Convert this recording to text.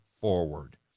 forward